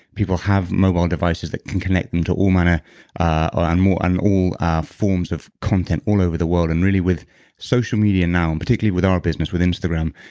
people have mobile devices that can connect into all manner ah and all our forms of content all over the world. and really, with social media now, and particularly with our business, with instagram,